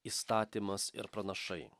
įstatymas ir pranašai